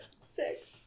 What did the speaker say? Six